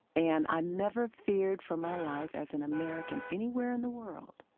and i never feared for my life as an american anywhere in the world